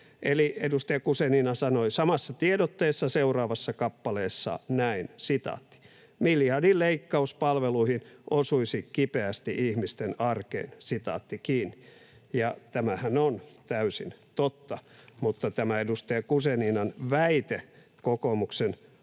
Edustaja Guzenina sanoi samassa tiedotteessa seuraavassa kappaleessa näin: ”Miljardin leikkaus palveluihin osuisi kipeästi ihmisten arkeen.” Tämähän on täysin totta, mutta tämä edustaja Guzeninan väite kokoomuksen